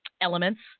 elements